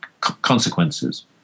consequences